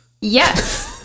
Yes